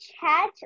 chat